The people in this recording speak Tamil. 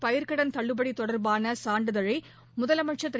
பயிர்க்கடன் தள்ளுபடி தொடர்பான சான்றிதழை முதலமைச்சர் திரு